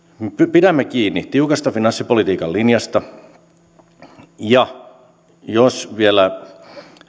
pidämme kiinni tiukasta finanssipolitiikan linjasta ja jos vielä